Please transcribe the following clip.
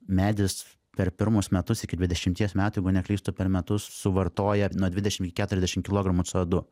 medis per pirmus metus iki dvidešimties metų jeigu neklystu per metus suvartoja nuo dvidešimt iki keturiasdešimt kilogramų cė o du